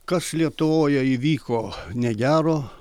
kas lietuvoje įvyko negero